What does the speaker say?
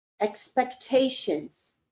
expectations